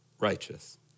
righteous